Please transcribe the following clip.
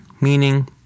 meaning